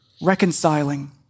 reconciling